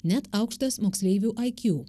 net aukštas moksleivių iq